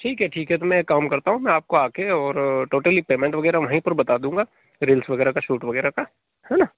ठीक है ठीक है तो मैं एक काम करता हूँ मैं आपको आकर और टोटली पेमेंट वगैरह वहीं पर बता दूँगा रील्स वगैरह का शूट वगैरह का है ना